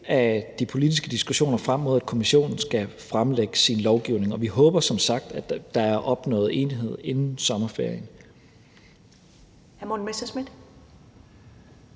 af de politiske diskussioner frem mod, at Kommissionen skal fremlægge sin lovgivning. Og vi håber som sagt, at der er opnået enighed inden sommerferien. Kl. 15:23 Første